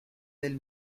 del